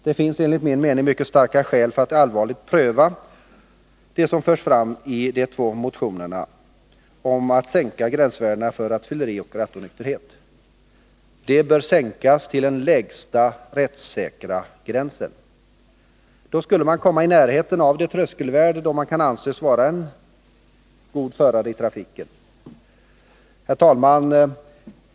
Det finns enligt min mening mycket starka skäl att allvarligt pröva det som förs fram i de två motionerna om att sänka gränsvärderna för rattfylleri och rattonykterhet. De bör sänkas till den lägsta nivå som tillgodoser rättssäkerhetskrav. Då skulle man komma i närheten av det tröskelvärde vid vilket man kan anses vara en god förare i trafiken. Herr talman!